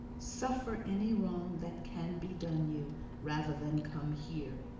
suffer any wrong that can be done you rather than come here!